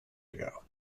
ago